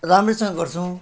राम्रैसँग गर्छौँ